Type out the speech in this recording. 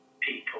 people